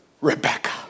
Rebecca